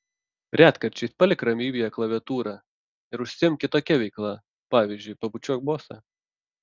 retkarčiais palik ramybėje klaviatūrą ir užsiimk kitokia veikla pavyzdžiui pabučiuok bosą